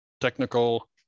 technical